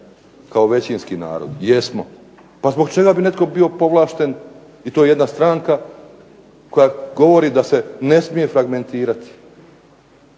kao većinski narod? Jesmo. Pa zbog čega bi netko bio povlašten i to jedna stranka koja govori da se ne smije fragmentirati?